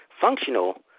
functional